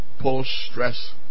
post-stress